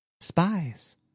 spies